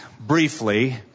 briefly